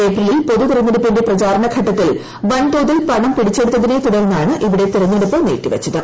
ഏപ്രിലിൽ പൊതുതെരഞ്ഞെടുപ്പിന്റെ പ്രചാരണഘട്ടത്തിൽ വൻതോതില പണം പിടിച്ചെടുത്തതിനെ തുടർന്നാണ് ഇവിടത്തെ തെരഞ്ഞെടുപ്പ് നീട്ടിവച്ചത്